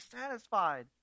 satisfied